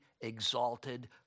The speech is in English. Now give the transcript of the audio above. exalted